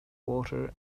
water